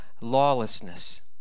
lawlessness